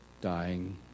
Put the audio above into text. dying